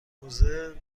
موزه